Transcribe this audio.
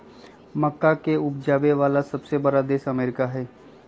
मक्का के उपजावे वाला सबसे बड़ा देश अमेरिका हई